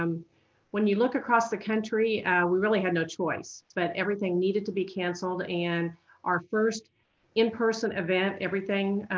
um when you look across the country we really had no choice but everything needed to be canceled and our first in-person event, everything